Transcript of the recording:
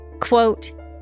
Quote